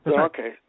Okay